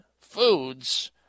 foods